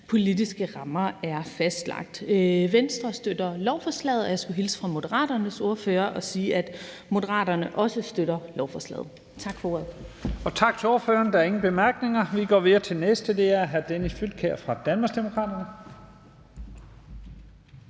politiske rammer er fastlagt. Venstre støtter lovforslaget, og jeg skulle hilse fra Moderaternes ordfører og sige, at Moderaterne også støtter lovforslaget. Tak for ordet. Kl. 12:13 Første næstformand (Leif Lahn Jensen): Tak til ordføreren. Der er ingen bemærkninger. Vi går videre til den næste. Det er hr. Dennis Flydtkjær fra Danmarksdemokraterne.